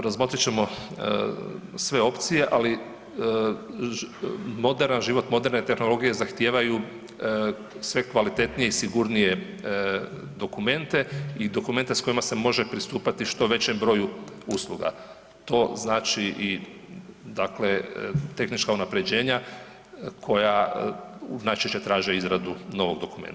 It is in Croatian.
Razmotrit ćemo sve opcije, ali moderan život, moderne tehnologije zahtijevaju sve kvalitetnije i sigurnije dokumente i dokumente s kojima se može pristupati što većem broju usluga, to znači i tehnička unapređenja koja najčešće traže izradu novog dokumenta.